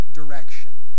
direction